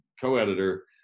co-editor